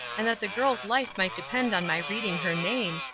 and that the girl's life might depend on my reading her name,